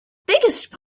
biggest